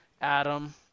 Adam